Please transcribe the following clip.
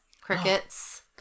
crickets